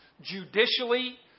Judicially